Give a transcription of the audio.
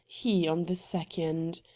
he on the second.